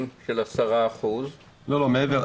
של 10%. משרד החקלאות ייתן את הפרטים.